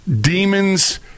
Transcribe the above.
demons